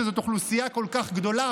שזאת אוכלוסייה כל כך גדולה,